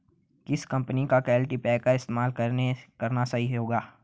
किस कंपनी का कल्टीपैकर इस्तेमाल करना सही होगा?